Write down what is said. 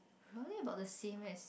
[huh] it's about the same as